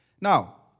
Now